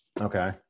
Okay